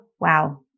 wow